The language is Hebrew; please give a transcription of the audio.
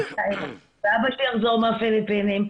הסבא שיחזור מהפיליפינים,